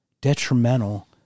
detrimental